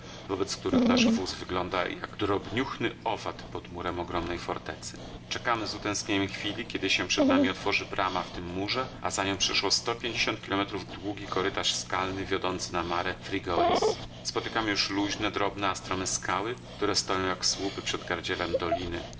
wobec których nasz wóz wygląda jak drobniuchny owad pod murem ogromnej fortecy czekamy z utęsknieniem chwili kiedy się przed nami otworzy brama w tym murze a za nią przeszło sto pięćdziesiąt kilometrów długi korytarz skalny wiodący na mare frigoris spotykamy już luźne drobne a strome skały które stoją jak słupy przed gardzielem doliny